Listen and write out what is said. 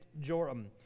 Joram